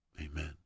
Amen